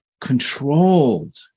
controlled